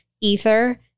ether